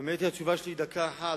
האמת היא, התשובה שלי היא דקה אחת.